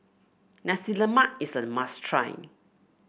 Nasi Lemak is a must try